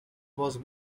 was